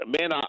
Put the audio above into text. man